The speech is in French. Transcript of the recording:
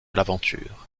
l’aventure